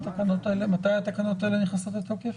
מתי התקנות האלה נכנסות לתוקף?